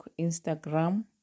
Instagram